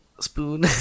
spoon